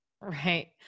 Right